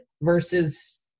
versus